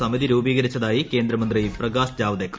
സമിതി രൂപീകരിച്ചതായി കേന്ദ്രമന്ത്രി പ്രകാശ് ജാവദേക്കർ